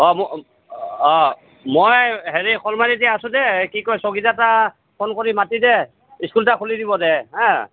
অঁ ম অঁ মই হেৰি শলমাৰীতে আছোঁ দে কি কয় ফোন কৰি মাতি দে স্কুল টা খুলি দিব দে হা